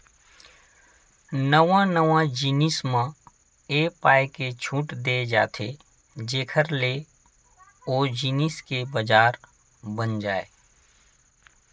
नवा नवा जिनिस म ए पाय के छूट देय जाथे जेखर ले ओ जिनिस के बजार बन जाय